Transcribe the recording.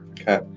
Okay